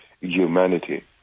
humanity